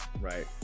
right